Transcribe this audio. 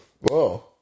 Whoa